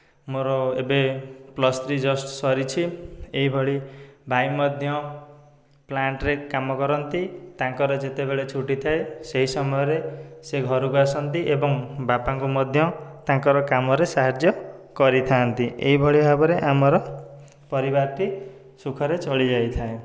ମୋ'ର ଏବେ plus three just ସରିଛି ଏଇଭଳି ଭାଈ ମଧ୍ୟ ପ୍ଲାଣ୍ଟ୍ରେ କାମ କରନ୍ତି ତାଙ୍କର ଯେତେବେଳେ ଛୁଟି ଥାଏ ସେହି ସମୟରେ ସେ ଘରକୁ ଆସନ୍ତି ଏବଂ ବାପାଙ୍କୁ ମଧ୍ୟ ତାଙ୍କର କାମରେ ସାହାଯ୍ୟ କରିଥାନ୍ତି ଏହିଭଳି ଭାବରେ ଆମର ପରିବାରଟି ସୁଖରେ ଚଳିଯାଇଥାଏ